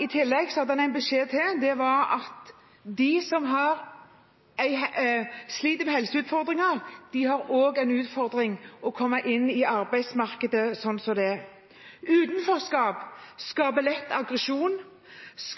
I tillegg hadde han en beskjed til, og det var at de som sliter med helseutfordringer, også har en utfordring med å komme inn i arbeidsmarkedet sånn som det er. Utenforskap skaper lett aggresjon